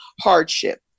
hardship